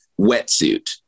Wetsuit